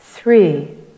Three